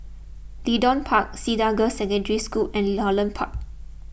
Leedon Park Cedar Girls' Secondary School and Holland Park